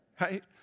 right